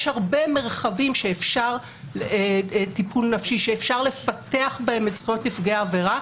יש הרבה מרחבים שאפשר לפתח בהם את זכויות נפגעי העבירה,